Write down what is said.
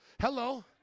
Hello